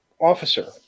officer